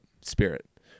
spirit